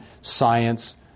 science